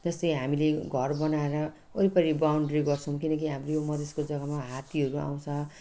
त्यस्तै हामीले घर बनाएर वरिपरि बाउन्ड्री गर्छौँ किनकि हाम्रो यो मधेसको जग्गामा हात्तीहरू आउँछ